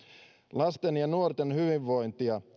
lasten ja nuorten hyvinvointia